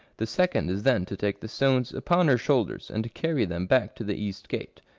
the second is then to take the stones upon her shoulders and to carry them back to the east gate,